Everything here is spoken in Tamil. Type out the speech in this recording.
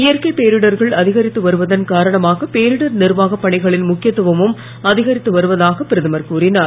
இயற்கை பேரிடர்கள் அதிகரித்து வருவதன் காரணமாக பேரிடர் நிர்வாகப் பணிகளின் முக்கியத்துவமும் அதிகரித்து வருவதாக பிரதமர் கூறினார்